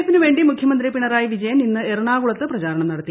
എഫിനു വേണ്ടി മുഖ്യമന്ത്രി പിണറായി വിജയൻ ഇന്ന് എറണാകുളത്ത് പ്രചാരണം നടത്തി